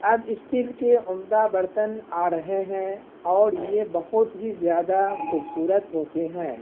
اب اسٹیل کے عمدہ برتن آ رہے ہیں اور یہ بہت ہی زیادہ خوبصورت ہوتے ہیں